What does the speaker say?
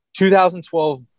2012